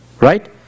right